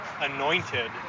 anointed